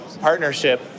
partnership